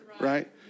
right